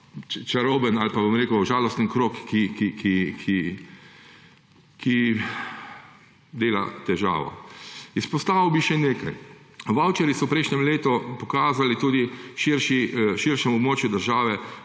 čarobni ali pa žalostni krog, ki dela težavo. Izpostavil bi še nekaj. Vavčerji so v prejšnjem letu pokazali in razgalili tudi širšemu območju države